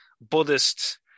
Buddhist